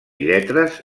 lletres